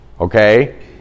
okay